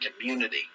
community